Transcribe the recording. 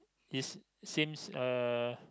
is seems uh